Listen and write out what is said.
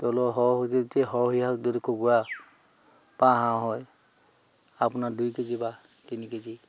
তলৰ সৰহীয়া যদি কুকুৰা হাঁহ হয় আপোনাৰ দুই কেজি বা তিনি কেজি